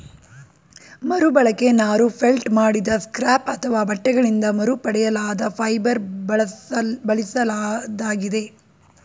ಮರುಬಳಕೆ ನಾರು ಫೆಲ್ಟ್ ಮಾಡಿದ ಸ್ಕ್ರ್ಯಾಪ್ ಅಥವಾ ಬಟ್ಟೆಗಳಿಂದ ಮರುಪಡೆಯಲಾದ ಫೈಬರ್ ಬಳಸಿದಾಗಿದೆ